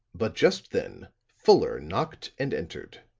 but just then fuller knocked and entered.